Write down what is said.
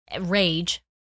rage